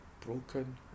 broken